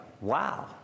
wow